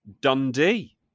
Dundee